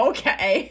Okay